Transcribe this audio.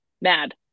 mad